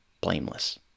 blameless